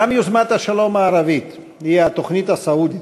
גם יוזמת השלום הערבית, היא התוכנית הסעודית,